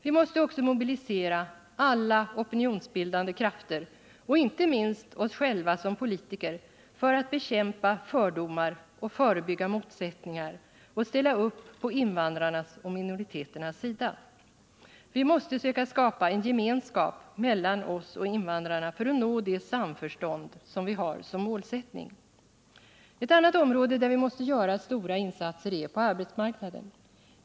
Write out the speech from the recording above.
Vi måste också mobilisera alla opinionsbildande krafter och inte minst oss själva som politiker för att bekämpa fördomar och förebygga motsättningar och ställa upp på invandrarnas och minoriteternas sida. Vi måste söka skapa en gemenskap mellan oss och invandrarna för att nå det samförstånd vi har som målsättning. Ett område där vi måste göra stora insatser är arbetsmarknaden.